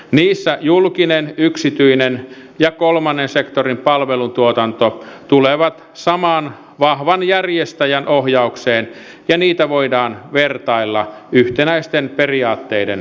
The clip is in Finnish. niissä julkinen yksityinen ja kolmannen sektorin palvelutuotanto tulevat saman vahvan järjestäjän ohjaukseen ja niitä voidaan vertailla yhtenäisten periaatteiden pohjalta